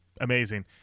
amazing